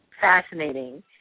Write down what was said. fascinating